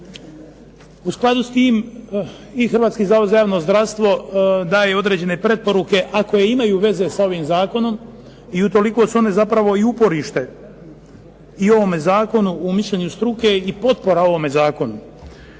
U skladu s tim i Hrvatski zavod za javno zdravstvo daje određene preporuke, a koje imaju veze sa ovim zakonom i utoliko su one zapravo i uporište i ovome zakonu u mišljenju struke i potpora ovome zakonu.